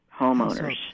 homeowners